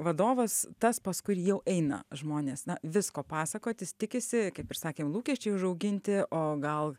vadovas tas pas kurį jau eina žmonės na visko pasakotis tikisi kaip ir sakėm lūkesčiai užauginti o gal